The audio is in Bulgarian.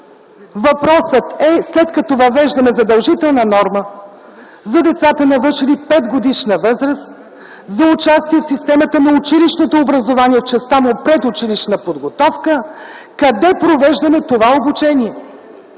Въпросът е: след като въвеждаме задължителна норма за децата, навършили 5-годишна възраст, за участие в системата на училищното образование в частта му предучилищна подготовка, къде провеждаме това обучение